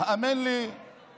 ואתה יודע את זה.